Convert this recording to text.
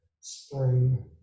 spring